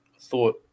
thought